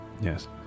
Yes